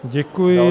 Děkuji.